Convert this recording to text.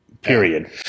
Period